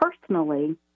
personally